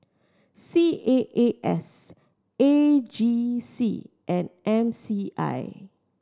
C A A S A G C and M C I